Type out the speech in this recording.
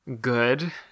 good